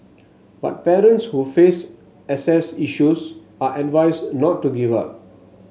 but parents who face access issues are advised not to give up